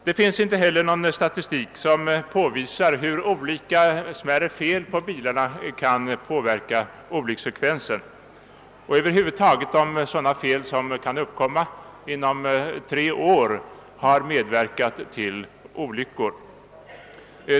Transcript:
Det finns inte heller någon statistik som påvisar hur olika smärre fel på bilarna kan påverka olycksfrekvensen och över huvud taget om sådana fel som kan uppkomma inom tre år har medverkat till olyckor.